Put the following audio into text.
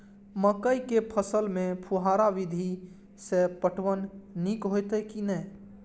मकई के फसल में फुहारा विधि स पटवन नीक हेतै की नै?